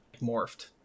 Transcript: morphed